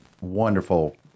wonderful